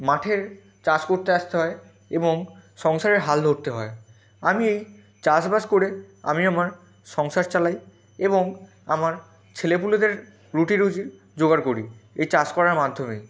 মাঠের চাষ করতে আসতে হয় এবং সংসারের হাল ধরতে হয় আমি চাষবাস করে আমি আমার সংসার চালাই এবং আমার ছেলে পুলেদের রুটি রুজি জোগাড় করি এই চাষ করার মাধ্যমে